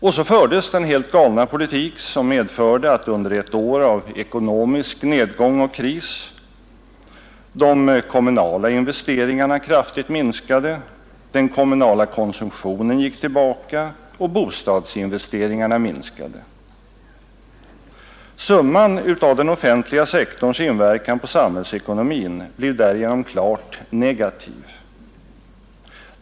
Och så fördes den helt galna politik som medförde att under ett år av ekonomisk nedgång och kris de kommunala investeringarna kraftigt minskade, den kommunala konsumtionen gick tillbaka och bostadsinvesteringarna minskade. Summan av den offentliga sektorns inverkan på samhällsekonomin blev därigenom klart negativ.